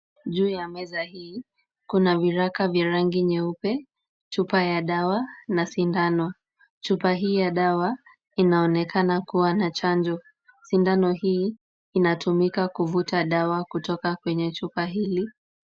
Juu ya meza hii, kuna viraka vya rangi nyeupe, chupa ya dawa na sindano. Chupa hii ya dawa inaonekana kuwa na chanjo. Sindano hii inatumika kuvuta dawa kutoka kwenye chupa hili.